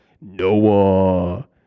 Noah